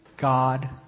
God